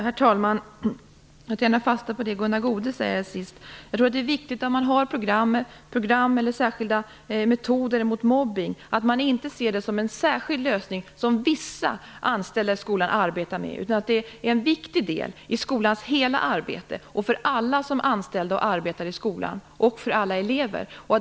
Herr talman! Jag vill ta fasta på det sista Gunnar Goude sade. Jag tror det är viktigt att man har program eller särskilda metoder mot mobbning. Man får dock inte se det som en särskild lösning, som vissa anställda i skolan arbetar med. Det är en viktig del i skolans hela arbete och för alla som är anställda och arbetar i skolan, och för alla elever.